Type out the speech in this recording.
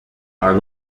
are